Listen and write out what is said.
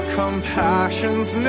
compassions